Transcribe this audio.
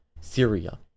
Syria